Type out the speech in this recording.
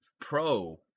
pro